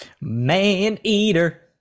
Man-eater